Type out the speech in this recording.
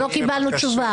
שלא קיבלנו עליה תשובה.